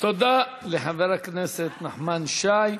תודה לחבר הכנסת נחמן שי.